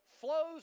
flows